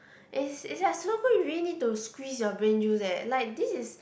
is is like Sudoku you really need to squeeze your brain juice eh like this is